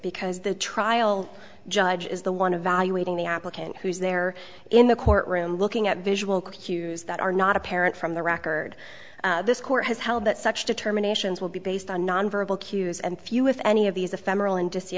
because the trial judge is the one of valuating the applicant who's there in the courtroom looking at visual cues that are not apparent from the record this court has held that such determinations will be based on nonverbal cues and few if any of these ephemeral ind